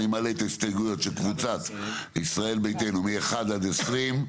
אני מעלה את ההסתייגויות של קבוצת "ישראל ביתנו" מ-1 עד 20,